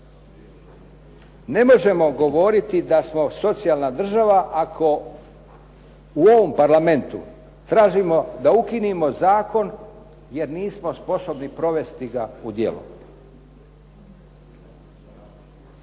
Ne možemo govoriti da smo socijalna država ako u ovom Parlamentu tražimo da ukinemo zakon jer nismo sposobni provesti ga u djelo.